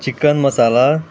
chicken masala